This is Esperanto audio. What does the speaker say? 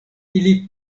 ili